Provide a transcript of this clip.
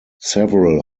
several